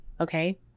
Okay